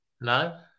No